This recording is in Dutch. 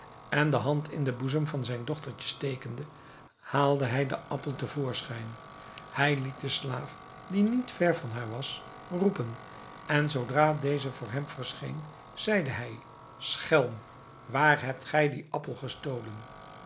en de hand in den boezem van zijn dochtertje stekende haalde hij den appel te voorschijn hij liet den slaaf die niet ver van daar was roepen en zoodra deze voor hem verscheen zeide hij schelm waar hebt gij dien appel gestolen